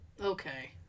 Okay